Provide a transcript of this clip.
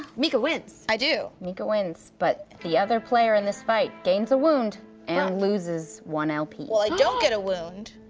mica wins. i do. mica wins, but the other player in this fight gains a wound and loses one lp. well i don't get a wound.